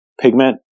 pigment